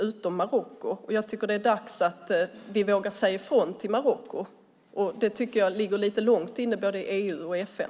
Jag tycker att det är dags att vi vågar säga ifrån till Marocko, men det ligger lite långt inne både i EU och i FN.